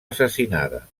assassinada